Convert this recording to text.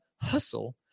hustle